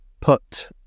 put